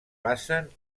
passen